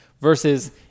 versus